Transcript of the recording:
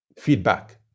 feedback